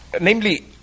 namely